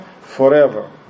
forever